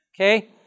okay